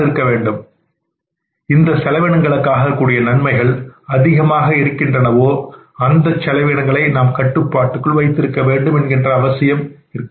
எந்தெந்த செலவினங்களுக்காக கூடிய நன்மைகள் அதிகமாக இருக்கின்றனவோ அந்த செலவினங்களை நாம் கட்டுப்பாட்டுக்குள் வைத்திருக்க வேண்டும் என்கின்ற அவசியம் இருக்காது